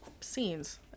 scenes